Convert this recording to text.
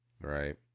Right